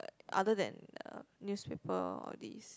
other than uh newspaper all these